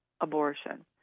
abortion